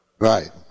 Right